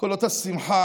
כל אותה שמחה